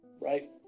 right